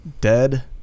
dead